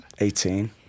18